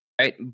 right